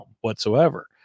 whatsoever